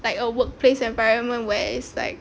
like a workplace environment where it's like